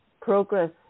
progress